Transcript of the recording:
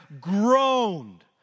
groaned